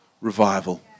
revival